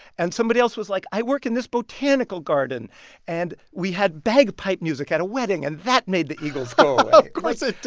and somebody else was like, i work in this botanical garden and we had bagpipe music at a wedding, and that made the eagles go away of course it did